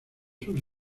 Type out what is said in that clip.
sus